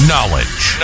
Knowledge